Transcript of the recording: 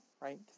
right